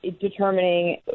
determining